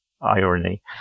irony